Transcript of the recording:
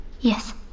yes